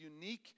unique